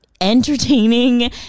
entertaining